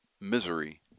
Misery